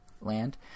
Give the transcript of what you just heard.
land